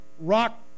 rock